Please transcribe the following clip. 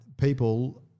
people